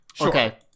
Okay